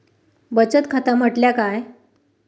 बचत खाता म्हटल्या काय?